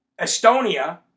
Estonia